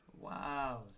Wow